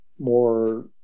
more